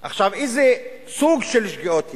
עכשיו, איזה סוג של שגיאות יש?